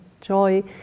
joy